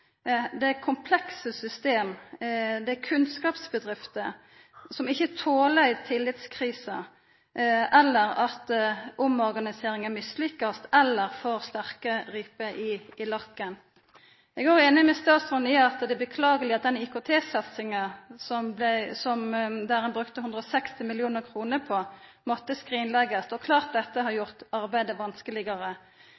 Det er komplekse system. Det er kunnskapsbedrifter som ikkje toler ei tillitskrise, at omorganiseringa blir mislykka eller å få sterke riper i lakken. Eg er òg einig med statsråden i at det er beklageleg at den IKT-satsinga som ein brukte 160 mill. kr på, måtte skrinleggjast, og det er klart at dette har